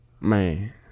Man